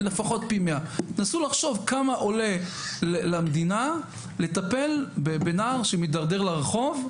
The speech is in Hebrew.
לפחות פי 100. נסו לחשוב כמה עולה למדינה לטפל בנער שמתדרדר לרחוב,